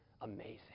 amazing